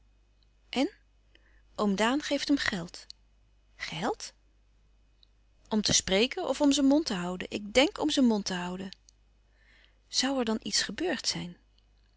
en oom daan geeft hem geld geld om te spreken of om zijn mond te houden ik denk om zijn mond te houden zoû er dan iets gebeurd zijn